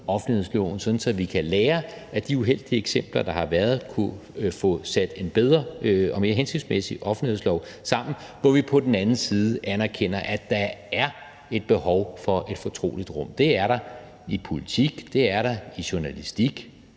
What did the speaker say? at vi kan lære af de uheldige eksempler, der har været, og kan få sat en bedre og mere hensigtsmæssig offentlighedslov sammen, hvor vi også anerkender, at der er et behov for et fortroligt rum. Det er der i politik, det er der i journalistik